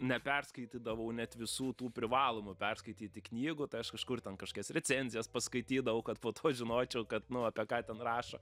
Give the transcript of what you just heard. neperskaitydavau net visų tų privalomų perskaityti knygų tai aš kažkur ten kažkokias recenzijas paskaitydavau kad po to žinočiau kad apie ką ten rašo